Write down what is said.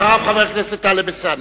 אחריו, חבר הכנסת טלב אלסאנע.